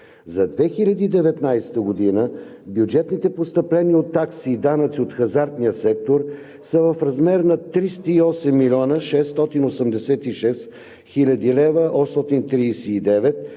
За 2019 г. бюджетните постъпления от такси и данъци от хазартния сектор са в размер на 308 686 839 лв.,